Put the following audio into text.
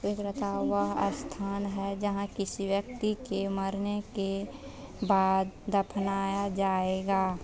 वह स्थान है जहाँ किसी व्यक्ति के मरने के बाद दफनाया जाएगा